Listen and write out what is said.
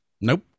Nope